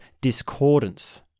discordance